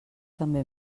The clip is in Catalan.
també